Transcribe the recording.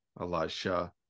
elisha